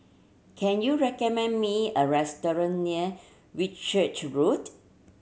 can you recommend me a restaurant near Whitchurch Road